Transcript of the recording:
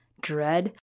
dread